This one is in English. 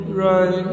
right